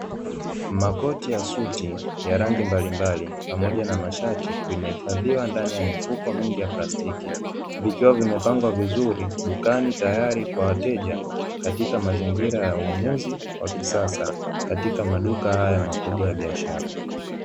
Makoti ya suti ya rangi mbalimbali pamoja na mashati, vimehifadhiwa ndani ya mifuko mingi ya plastiki, vikiwa vimepangwa vizuri dukani tayari kwa wateja katika mazingira ya ununuzi wa kisasa, katika maduka haya makubwa ya biashara.